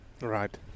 Right